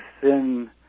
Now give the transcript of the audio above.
thin